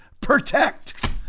protect